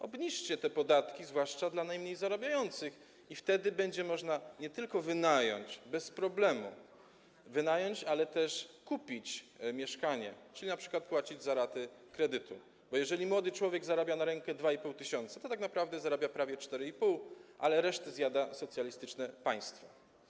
Obniżcie podatki, zwłaszcza dla najmniej zarabiających, i wtedy będzie można nie tylko wynająć, bez problemu wynająć, ale też kupić mieszkanie, czyli np. spłacać raty kredytu, bo jeżeli młody człowiek zarabia na rękę 2,5 tys., to tak naprawdę zarabia prawie 4,5 tys., ale resztę zjada socjalistyczne państwo.